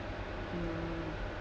mm